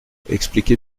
expliquez